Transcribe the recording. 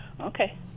Okay